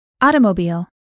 automobile